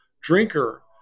drinker